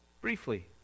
Briefly